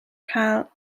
cael